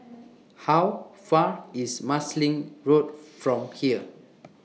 How Far IS Marsiling Road from here